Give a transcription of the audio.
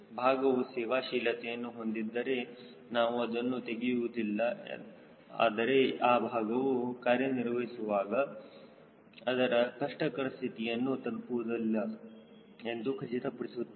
ಭಾಗವು ಸೇವಾ ಶೀಲತೆಯನ್ನು ಹೊಂದಿದ್ದರೆ ನಾವು ಅದನ್ನು ತೆಗೆಯುವುದಿಲ್ಲ ಆದರೆ ಆ ಭಾಗವು ಕಾರ್ಯನಿರ್ವಹಿಸುವಾಗ ಅದರ ಕಷ್ಟಕರ ಸ್ಥಿತಿಯನ್ನು ತಲುಪುವುದಿಲ್ಲ ಎಂದು ಖಚಿತಪಡಿಸುತ್ತವೆ